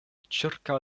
ĉirkaŭ